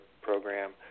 program